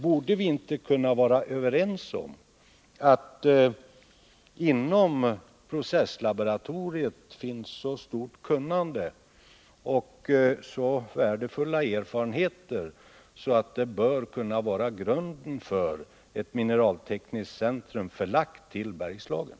Borde vi inte kunna vara överens om att det inom processlaboratoriet finns så stort kunnande och så värdefulla erfarenheter att detta borde kunna vara grunden för ett mineraltekniskt centrum, förlagt till Bergslagen?